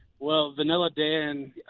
well, vanilla dan,